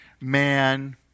man